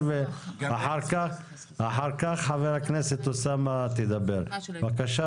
הלוי, והוא דיבר על